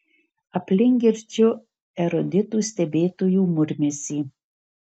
aplink girdžiu eruditų stebėtojų murmesį